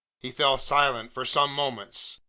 he fell silent for some moments,